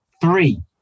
three